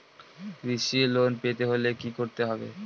কৃষি লোন পেতে হলে কি করতে হবে?